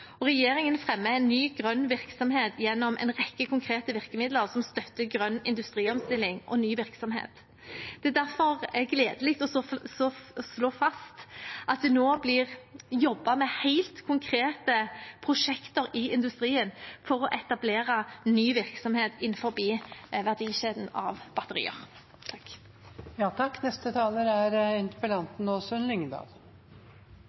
og regjeringen fremmer ny, grønn virksomhet gjennom en rekke konkrete virkemidler som støtter grønn industriomstilling og ny virksomhet. Det er derfor gledelig å slå fast at det nå blir jobbet med helt konkrete prosjekter i industrien for å etablere ny virksomhet innenfor verdikjeden av batterier.